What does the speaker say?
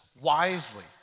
Wisely